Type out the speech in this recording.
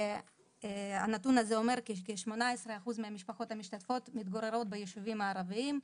והנתון הזה אומר שכ-18% מהמשפחות המשתתפות מתגוררות ביישובים הערביים.